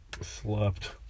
Slept